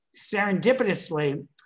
serendipitously